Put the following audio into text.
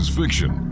fiction